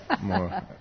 more